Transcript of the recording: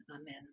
Amen